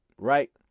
right